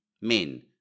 men